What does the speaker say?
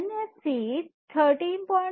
NFC 13